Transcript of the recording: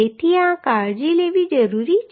તેથી આ કાળજી લેવી જરૂરી છે